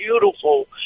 beautiful